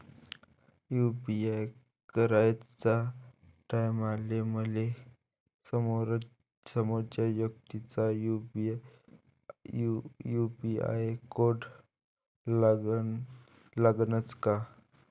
UPI कराच्या टायमाले मले समोरच्या व्यक्तीचा क्यू.आर कोड लागनच का?